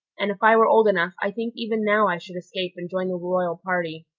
and if i were old enough i think even now i should escape and join the royal party,